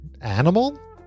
Animal